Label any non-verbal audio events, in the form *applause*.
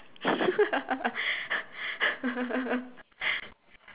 *laughs*